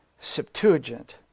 Septuagint